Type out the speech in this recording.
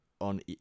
on